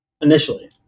Initially